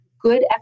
good